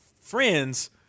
friends